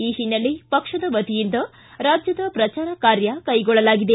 ಈ ಹಿನ್ನೆಲೆ ಪಕ್ಷದ ವತಿಯಿಂದ ರಾಜ್ಯದ ಪ್ರಚಾರ ಕಾರ್ಯ ಕೈಗೊಳ್ಳಲಾಗಿದೆ